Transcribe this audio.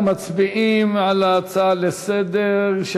אנחנו מצביעים על ההצעות לסדר-היום של